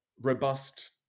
robust